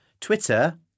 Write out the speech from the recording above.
Twitter